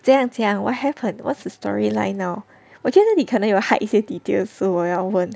这样讲 what happen what's the story line now 我觉得你可能有 hide 一些 details so 我要问